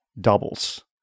doubles